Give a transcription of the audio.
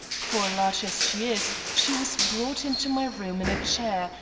for, large as she is, she was brought into my room in a chair,